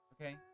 Okay